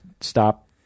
stop